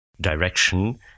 direction